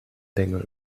bengel